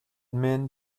men